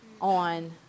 on